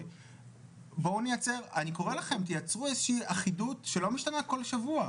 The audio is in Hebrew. אני קורא לכם לייצר איזושהי אחידות שלא משתנה בכל שבוע.